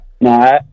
No